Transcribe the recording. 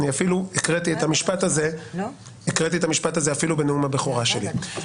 אפילו הקראתי את המשפט הזה בנאום הבכורה שלי.